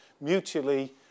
mutually